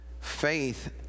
faith